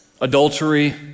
adultery